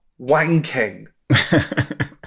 wanking